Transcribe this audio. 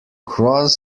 cross